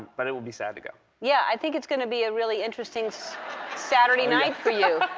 but it will be sad to go. yeah, i think it's gonna be a really interesting saturday night for you.